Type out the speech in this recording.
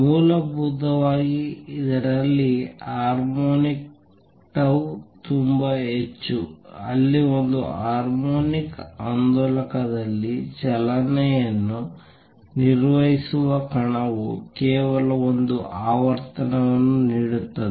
ಮೂಲಭೂತವಾಗಿ ಇದರಲ್ಲಿ harmonics tau ತುಂಬಾ ಹೆಚ್ಚು ಅಲ್ಲಿ ಒಂದು ಹಾರ್ಮೋನಿಕ್ ಆಂದೋಲಕದಲ್ಲಿ ಚಲನೆಯನ್ನು ನಿರ್ವಹಿಸುವ ಕಣವು ಕೇವಲ ಒಂದು ಆವರ್ತನವನ್ನು ನೀಡುತ್ತದೆ